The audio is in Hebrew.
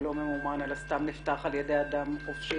לא ממומן אלא סתם נפתח על ידי אדם חופשי,